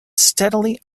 steadily